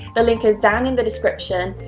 the link is down in the description.